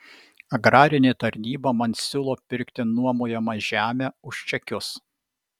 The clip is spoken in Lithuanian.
agrarinė tarnyba man siūlo pirkti nuomojamą žemę už čekius